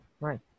right